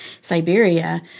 siberia